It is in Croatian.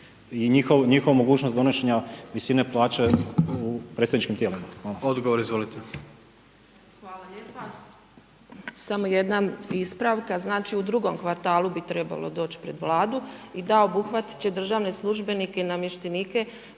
i njihovu mogućnost donošenja visine plaće u predstavničkim tijelima? Hvala. **Jandroković, Gordan (HDZ)** Odgovor, izvolite. **Prpić, Katica** Hvala lijepa. Samo jedna ispravka, znači u drugom kvartalu bi trebalo doći pred Vladu i da, obuhvatit će državne službenike i namještenike